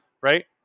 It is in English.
Right